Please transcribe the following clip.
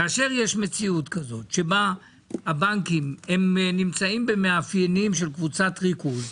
כאשר יש מציאות שבה הבנקים נמצאים במאפיינים של קבוצת ריכוז,